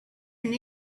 and